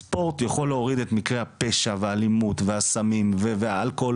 הספורט יכול להוריד את מקרי הפשע והאלימות והסמים והאלכוהול,